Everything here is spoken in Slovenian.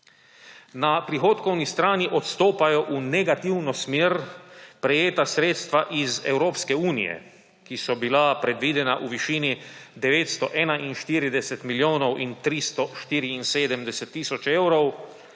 Na prihodkovni strani odstopajo v negativno smer prejeta sredstva iz Evropske unije, ki so bila predvidena v višini 941 milijonov in 374 tisoč evrov,